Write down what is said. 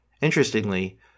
Interestingly